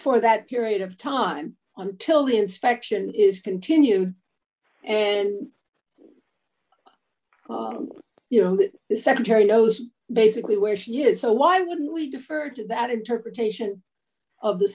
for that period of time until the inspection is continued and you know that the secretary knows basically where she is so why would we defer to that interpretation of the